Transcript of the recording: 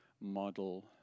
model